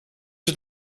het